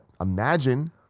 imagine